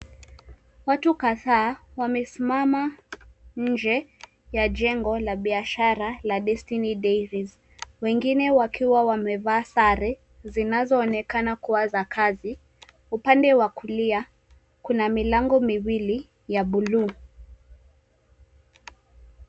Watu kadhaa wamesimama nje la jengo la biashara la Destiny Dairies. Wengine wakiwa wamevaa sare zinazo onekana kuwa za kazi. Upande wa kulia kuna milango miwili ya buluu.